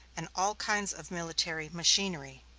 and all kinds of military machinery.